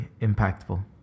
impactful